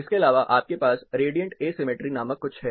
इसके अलावा आपके पास रेडिएंट एसिमेट्री नामक कुछ है